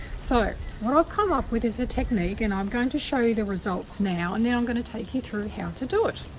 so well i'll come up with is a technique and i'm going to show you the results now and then i'm going to take you through how to do it.